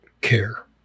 care